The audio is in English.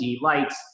lights